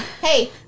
Hey